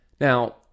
Now